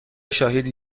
شاهدی